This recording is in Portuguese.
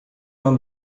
uma